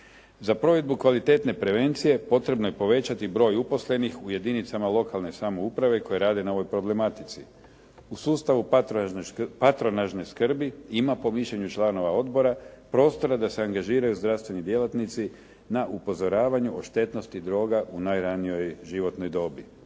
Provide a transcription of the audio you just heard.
Za provedbu kvalitetne prevencije potrebno je povećati broj uposlenih u jedinicama lokalne samouprave koje rade na ovoj problematici. U sustavu patronažne skrbi ima po mišljenju članova odbora prostora da se angažiraju zdravstveni djelatnici na upozoravanju o štetnosti droga u najranijoj životnoj dobi.